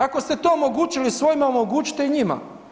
Ako ste to omogućili svojima, omogućite i njima.